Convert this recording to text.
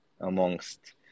amongst